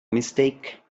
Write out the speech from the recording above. mistake